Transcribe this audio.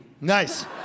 nice